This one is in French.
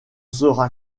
sera